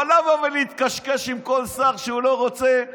לא לבוא ולהתקשקש עם כל שר שהוא לא רוצה,